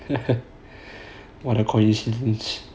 what a coincidence